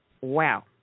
Wow